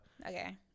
Okay